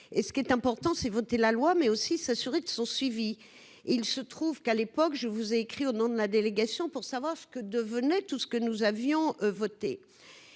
ce qui est important, c'est voter la loi, mais aussi s'assurer de son suivi, il se trouve qu'à l'époque, je vous ai écrit au nom de la délégation pour savoir ce que devenait tout ce que nous avions voté